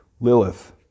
Lilith